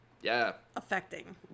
affecting